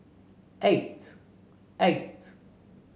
eight eight